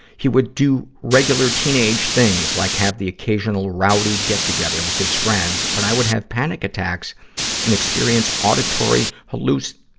he would do regular teenage things, like have the occasional rowdy get-together with his friends, but i would have panic attacks and experience auditory hallucinations,